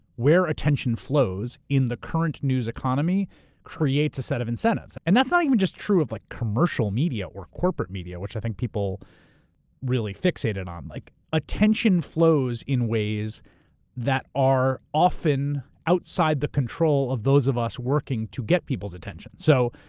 where attention flows in the current news economy creates a set of incentives. and that's not even just true of like commercial media or corporate media, which i think people really fixated on. like attention flows in ways that are often outside the control of those of us working to get people's attention. so,